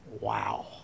Wow